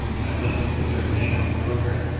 and i let them put their name on the programme.